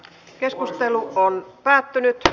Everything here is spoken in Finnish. keskustelu päättyi